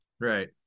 Right